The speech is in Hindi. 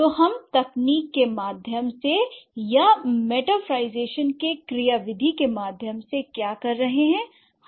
तो हम तकनीक के माध्यम से या मेटाफरlईजेशन के क्रियाविधि के माध्यम से क्या कर रहे हैं